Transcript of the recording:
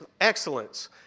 excellence